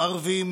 ערבים,